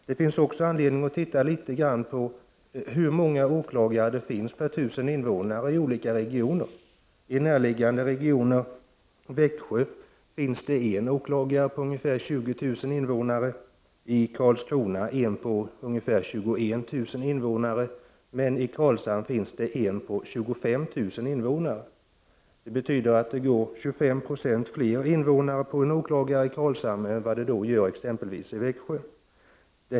Det finns även anledning att studera hur många åklagare det finns per tusen invånare i närliggande regioner. I Växjö finns det en åklagare på ungefär 20000, i Karlskrona en på ungefär 21000 invånare, medan det i Karlshamn finns en åklagare på 25 000 invånare. Det betyder att det går 25 96 fler invånare på en åklagare i Karlshamn än vad det gör i exempelvis Växjö.